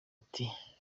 ati